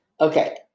Okay